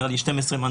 למפלגתה אז 12 מנדטים,